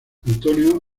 antonio